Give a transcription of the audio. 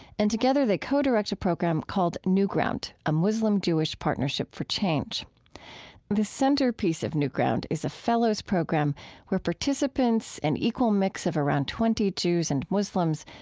and together they co-direct a program called newground a muslim-jewish partnership for change the centerpiece of newground is a fellows program where participants, an equal mix of around twenty jews and muslims,